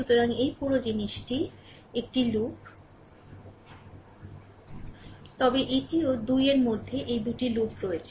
সুতরাং এই পুরো জিনিসটি একটি লুপ তবে এটিও 2 এর মধ্যে এই 2 টি লুপ রয়েছে